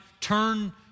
turn